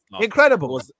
Incredible